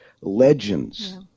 legends